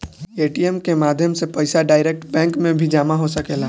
ATM के माध्यम से पईसा डायरेक्ट बैंक में भी जामा हो सकेला